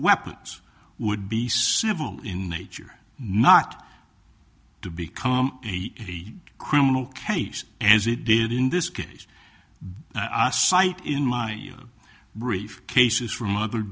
weapons would be civil in nature not to become a criminal case as it did in this case i cite in my brief cases from other